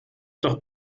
doch